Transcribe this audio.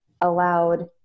allowed